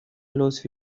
لطفی